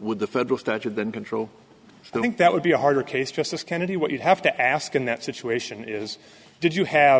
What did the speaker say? with the federal statute than control i think that we b a harder case justice kennedy what you have to ask in that situation is did you have